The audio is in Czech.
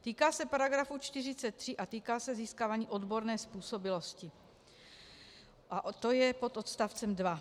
Týká se § 43 a týká se získávání odborné způsobilosti a je to pod odstavcem 2.